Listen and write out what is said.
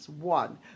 One